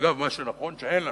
אגב, מה שנכון, אין לנו,